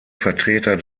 vertreter